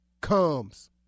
comes